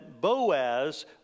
Boaz